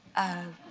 of